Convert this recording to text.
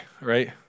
right